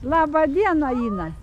laba diena ina